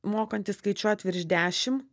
mokantis skaičiuoti virš dešimt